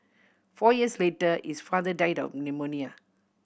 four years later his father died of pneumonia